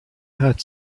had